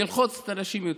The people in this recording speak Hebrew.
ללחוץ את האנשים יותר.